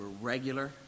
regular